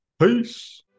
Peace